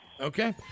Okay